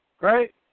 Right